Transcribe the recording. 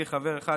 חברים,